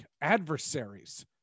adversaries